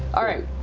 all right,